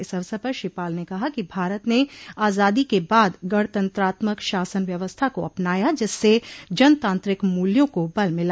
इस अवसर पर श्री पाल ने कहा कि भारत ने आज़ादी के बाद गणतंत्रात्मक शासन व्यवस्था को अपनाया जिससे जनतांत्रिक मूल्यों को बल मिला